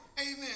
Amen